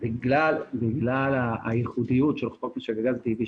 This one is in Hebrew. בגלל הייחודיות של חוק משק הגז הטבעי,